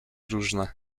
różne